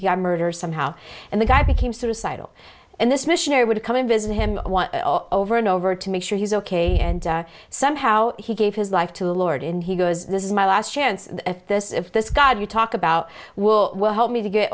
our murder somehow and the guy became suicidal and this missionary would come and visit him over and over to make sure he's ok and somehow he gave his life to the lord and he goes this is my last chance if this if this god you talk about will help me to get